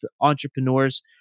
entrepreneurs